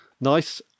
nice